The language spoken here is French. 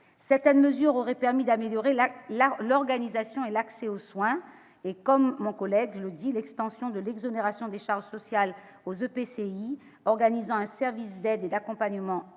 Certaines mesures auraient permis d'améliorer l'organisation et l'accès aux soins. Comme l'un de mes collègues l'a rappelé, l'extension de l'exonération de charges sociales aux EPCI organisant un service d'aide et d'accompagnement à domicile